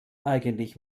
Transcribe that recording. eigentlich